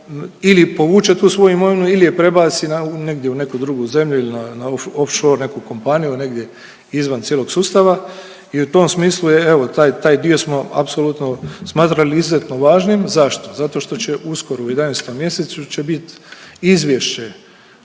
ili povuče tu svoju imovinu ili je prebaci na, u negdje u neku drugu zemlju ili na offshore neku kompaniju negdje izvan cijelog sustava i u tom smislu je evo taj, taj dio smo apsolutno smatrali izuzetno važnim. Zašto? Zato što će uskoro u 11. mjesecu će biti izvješće